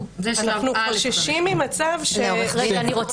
אנחנו מסכמים שהסעיף הקטן הראשון הוא